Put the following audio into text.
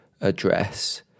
address